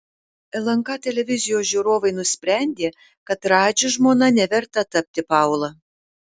lnk televizijos žiūrovai nusprendė kad radži žmona neverta tapti paula